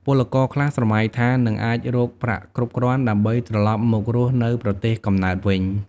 ពលករខ្លះស្រមៃថានឹងអាចរកប្រាក់គ្រប់គ្រាន់ដើម្បីត្រឡប់មករស់នៅប្រទេសកំណើតវិញ។